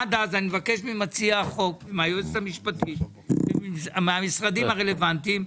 עד אז אני מבקש ממציע החוק מהיועצת המשפטית והמשרדים הרלוונטיים,